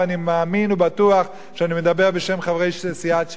ואני מאמין ובטוח שאני מדבר בשם חברי סיעת ש"ס,